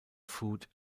food